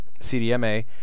CDMA